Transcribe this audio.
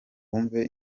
wumve